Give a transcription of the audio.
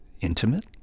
intimate